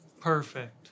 Perfect